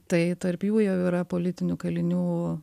tai tarp jų jau yra politinių kalinių